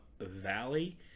Valley